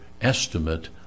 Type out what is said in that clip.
estimate